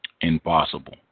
impossible